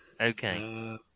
Okay